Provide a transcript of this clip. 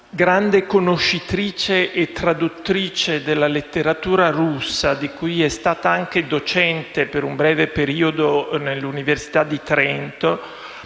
grande conoscitrice e traduttrice della letteratura russa, di cui è stata anche docente per un breve periodo all'Università di Trento,